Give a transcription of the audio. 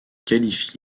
qualifient